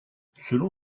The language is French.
selon